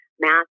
math